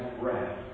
breath